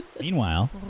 Meanwhile